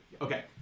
okay